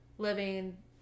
Living